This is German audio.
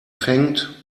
fängt